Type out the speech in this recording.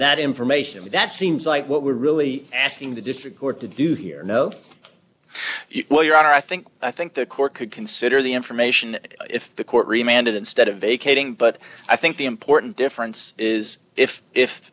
that information that seems like what we're really asking the district court to do here no well your honor i think i think the court could consider the information if the court reminded instead of vacating but i think the important difference is if if